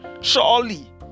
Surely